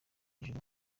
hejuru